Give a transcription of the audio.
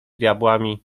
diabłami